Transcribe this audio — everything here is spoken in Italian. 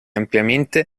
ampiamente